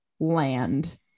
land